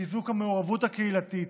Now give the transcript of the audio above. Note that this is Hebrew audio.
חיזוק המעורבות הקהילתית.